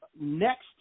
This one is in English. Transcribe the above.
next